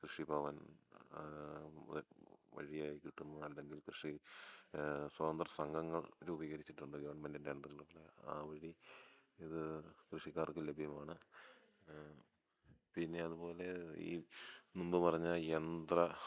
കൃഷിഭവൻ വഴിയായി കിട്ടുന്നു അല്ലെങ്കിൽ കൃഷി സ്വതന്ത്ര സംഘങ്ങൾ രൂപീകരിച്ചിട്ടുണ്ട് ഗവൺമെൻ്റിൻ്റെ അണ്ടറിലിപ്പം ആ വഴി ഇത് കൃഷിക്കാർക്ക് ലഭ്യമാണ് പിന്നെ അതുപോലെ ഈ മുമ്പ് പറഞ്ഞ യന്ത്ര